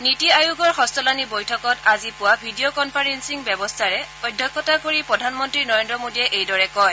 'নিটি আয়োগৰ ষষ্ঠলানি বৈঠকত আজি পুৱা ভিডিঅ কনফাৰেলিং ব্যৱস্থাৰে অধ্যক্ষতা কৰি প্ৰধানমন্ত্ৰী নৰেন্দ্ৰ মোডীয়ে এইদৰে কয়